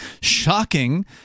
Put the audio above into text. shocking